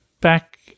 back